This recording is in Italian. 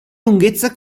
lunghezza